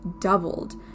doubled